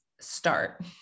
start